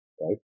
right